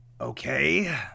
Okay